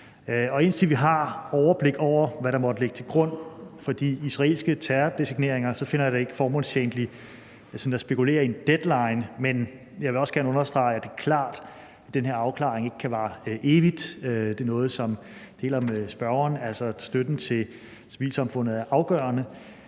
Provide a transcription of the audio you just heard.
Indtil vi har overblik over, hvad der måtte ligge til grund for de israelske terrordesigneringer, finder jeg det ikke er formålstjenligt sådan at spekulere i en deadline. Men jeg vil også gerne understrege, at det er klart, at den her afklaring ikke kan vare evigt. Det er en opfattelse, som jeg deler med spørgeren, altså at støtten til civilsamfundet er afgørende.